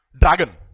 Dragon